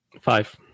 Five